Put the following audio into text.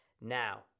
Now